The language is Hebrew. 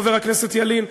חבר הכנסת ילין,